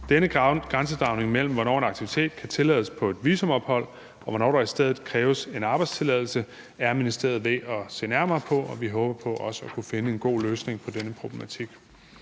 Denne grænsedragning mellem, hvornår en aktivitet kan tillades på et visumophold, og hvornår der i stedet kræves en arbejdstilladelse, er ministeriet ved at se nærmere på, og vi håber også på at kunne finde en god løsning på denne problematik.